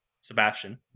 Sebastian